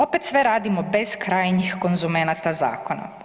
Opet sve radimo bez krajnjih konzumenata zakona.